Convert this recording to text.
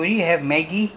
do marketing [what]